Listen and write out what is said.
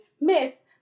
Miss